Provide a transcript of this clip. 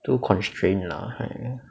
too constrained lah !aiya!